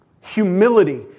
Humility